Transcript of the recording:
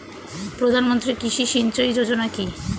প্রধানমন্ত্রী কৃষি সিঞ্চয়ী যোজনা কি?